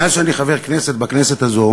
מאז שאני חבר כנסת בכנסת הזו